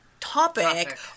topic